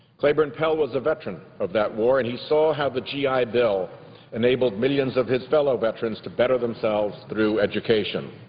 claiborne pell was a veteran of that war and he saw how the g i. bill enabled millions of his fellow veterans to better themselves through education.